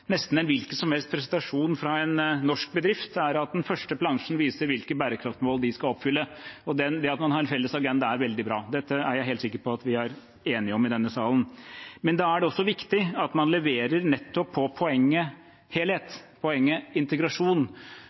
helst presentasjon fra en norsk bedrift, er at den første plansjen viser hvilke bærekraftsmål de skal oppfylle. Det at man har en felles agenda, er veldig bra. Dette er jeg helt sikker på at vi er enige om i denne salen. Da er det også viktig at man leverer på nettopp poenget helhet og poenget integrasjon.